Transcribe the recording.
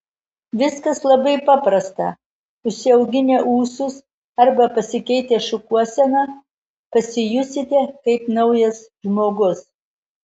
viskas labai paprasta užsiauginę ūsus arba pasikeitę šukuoseną pasijusite kaip naujas žmogus